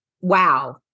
wow